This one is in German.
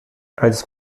als